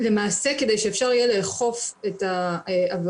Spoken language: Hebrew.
למעשה כדי שאפשר יהיה לאכוף את העבירות,